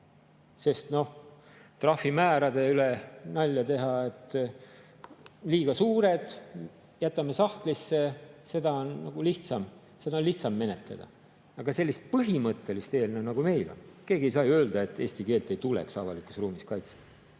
Sest noh, trahvimäärade üle nalja teha, et liiga suured, jätame sahtlisse, seda on lihtsam menetleda. Aga sellist põhimõttelist eelnõu, nagu meil on – keegi ei saa ju öelda, et eesti keelt ei tuleks avalikus ruumis kaitsta,